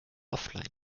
offline